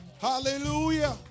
Hallelujah